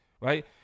right